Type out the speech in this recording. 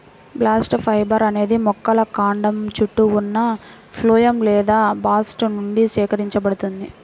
bast fibre అనేది మొక్కల కాండం చుట్టూ ఉన్న ఫ్లోయమ్ లేదా బాస్ట్ నుండి సేకరించబడుతుంది